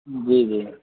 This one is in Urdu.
جی جی